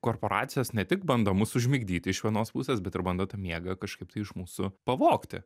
korporacijos ne tik bando mus užmigdyt iš vienos pusės bet ir bando tą miegą kažkaip tai iš mūsų pavogti